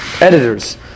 editors